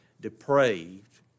depraved